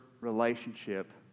relationship